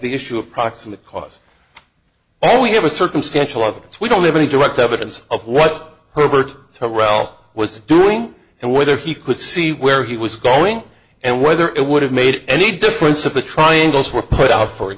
the issue of proximate cause all we have a circumstantial evidence we don't have any direct evidence of what herbert tyrrell was doing and whether he could see where he was going and whether it would have made any difference if the triangles were put out for